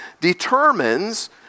determines